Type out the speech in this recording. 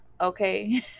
okay